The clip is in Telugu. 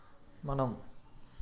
మనం